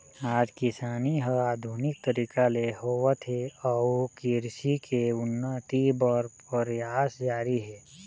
आज किसानी ह आधुनिक तरीका ले होवत हे अउ कृषि के उन्नति बर परयास जारी हे